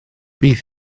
bydd